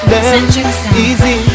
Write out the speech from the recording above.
easy